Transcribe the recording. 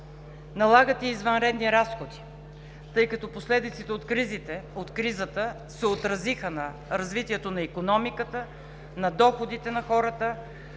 налагат и извънредни разходи, тъй като последиците от кризата се отразиха на развитието на икономиката, на доходите на хората,